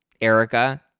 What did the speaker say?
Erica